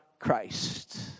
christ